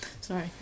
sorry